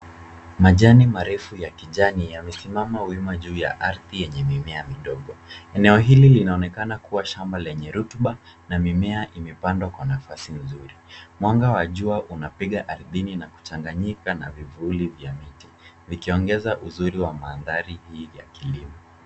Majani marefu ya kijani yamesimama wima juu ya ardhi yenye mimea midogo. Eneo hili linaonekana kuwa shamba lenye rotuba na mimea imepandwa kwa nafasi nzuri. Mwanga wa jua unapiga ardhini na kuchanganyika na vivuli vya miti vikiongeza uzuri wa mandhari hii ya kilimo.